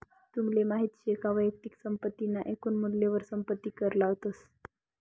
तुमले माहित शे का वैयक्तिक संपत्ती ना एकून मूल्यवर संपत्ती कर लावतस